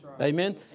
Amen